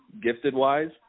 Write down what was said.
gifted-wise